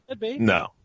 No